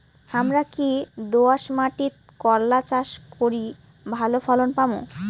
হামরা কি দোয়াস মাতিট করলা চাষ করি ভালো ফলন পামু?